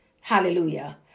Hallelujah